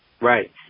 Right